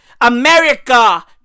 America